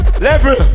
level